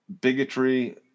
bigotry